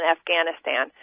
Afghanistan